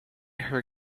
her